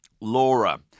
Laura